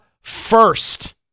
First